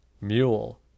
mule